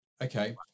Okay